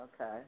Okay